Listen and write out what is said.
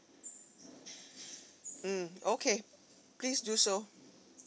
mm okay please do so